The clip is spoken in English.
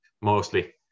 mostly